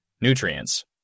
nutrients